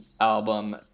album